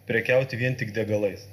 prekiauti vien tik degalais